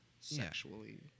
sexually